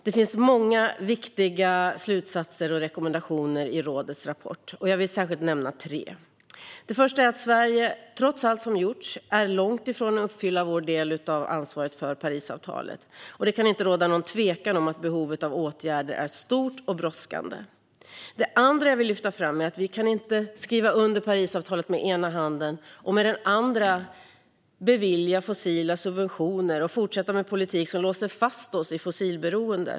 Det finns många viktiga slutsatser och rekommendationer i rådets rapport. Jag vill särskilt nämna tre. Det första är att Sverige, trots allt som gjorts, är långt från att uppfylla vår del av ansvaret för Parisavtalet. Det kan inte råda något tvivel om att behovet av åtgärder är stort och brådskande. Det andra jag vill lyfta fram är att vi inte kan skriva under Parisavtalet med ena handen och med den andra bevilja fossila subventioner och fortsätta med politik som låser fast oss i fossilberoende.